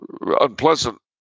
Unpleasant